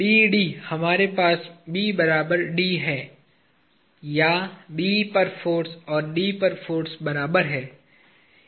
BD हमारे पास है या B पर फाॅर्स और D पर फाॅर्स बराबर है